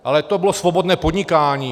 Ale to bylo svobodné podnikání.